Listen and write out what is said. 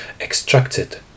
extracted